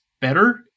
better